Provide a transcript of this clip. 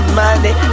money